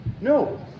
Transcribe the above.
No